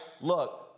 look